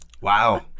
Wow